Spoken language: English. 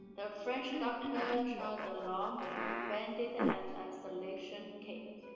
the french doctor charles de lorme invented an isolation kit,